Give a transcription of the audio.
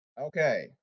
Okay